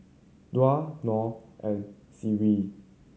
Dhia Nor and Seri